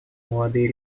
молодые